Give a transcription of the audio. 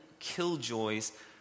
killjoys